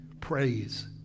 praise